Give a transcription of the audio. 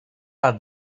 bat